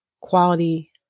quality